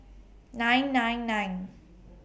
nine nine nine